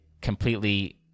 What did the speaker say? completely